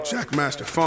Jackmaster